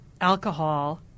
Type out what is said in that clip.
alcohol